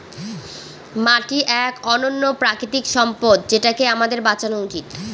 মাটি এক অনন্য প্রাকৃতিক সম্পদ যেটাকে আমাদের বাঁচানো উচিত